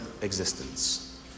existence